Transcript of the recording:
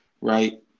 right